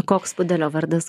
o koks pudelio vardas